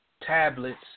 tablets